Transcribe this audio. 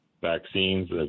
vaccines